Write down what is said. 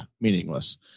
meaningless